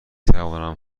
توانم